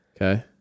Okay